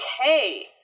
Okay